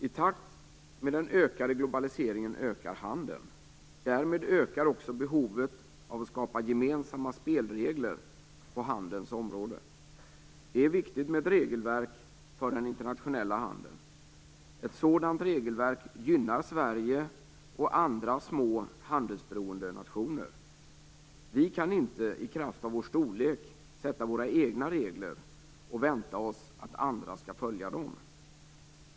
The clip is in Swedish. I takt med den ökade globaliseringen ökar handeln. Därmed ökar också behovet av att skapa gemensamma spelregler på handelns område. Det är viktigt med ett regelverk för den internationella handeln. Ett sådant regelverk gynnar Sverige och andra små handelsberoende nationer. Vi kan inte i kraft av vår storlek sätta upp våra egna regler och vänta oss att andra skall följa dem.